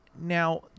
Now